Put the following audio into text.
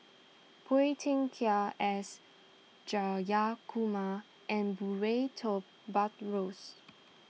Phua Thin Kiay S Jayakumar and Murray toy Buttrose